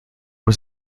was